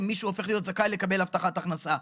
מישהו הופך להיות זכאי לקבל הבטחת הכנסה.